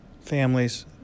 Families